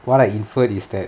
what I inferred is that